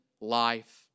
life